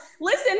Listen